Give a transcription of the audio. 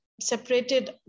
separated